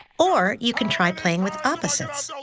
or you can try playing with opposites. so